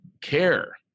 care